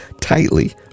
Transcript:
tightly